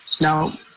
Now